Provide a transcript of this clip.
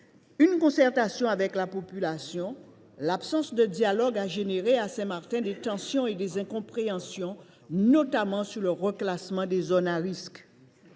une concertation avec la population – l’absence de dialogue a généré à Saint Martin des tensions et des incompréhensions, notamment sur le reclassement des zones à risques